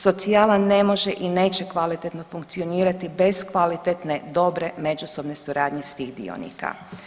Socijala ne može i neće kvalitetno funkcionirati bez kvalitetne dobre međusobne suradnje svih dionika.